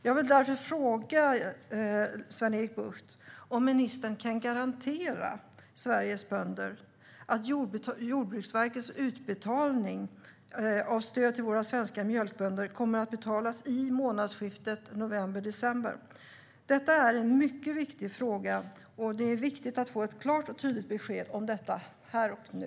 Jag vill därför fråga Sven-Erik Bucht om ministern kan garantera Sveriges bönder att Jordbruksverkets utbetalning av stöd till våra svenska mjölkbönder kommer att ske i månadsskiftet november/december. Det är en mycket viktig fråga, och det är viktigt att få ett klart och tydligt besked om detta här och nu.